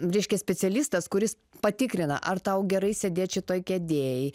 reiškia specialistas kuris patikrina ar tau gerai sėdėt šitoj kėdėj